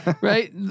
right